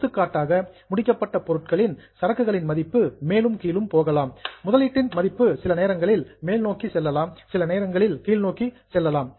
எடுத்துக்காட்டாக finished goods முடிக்கப்பட்ட பொருட்களின் சரக்குகளின் மதிப்பு மேலும் கீழும் போகலாம் இன்வெஸ்ட்மெண்ட் முதலீட்டின் மதிப்பு சில நேரங்களில் மேல் நோக்கி செல்லலாம் சில நேரங்களில் கீழ்நோக்கியும் போகலாம்